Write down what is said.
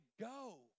go